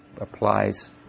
applies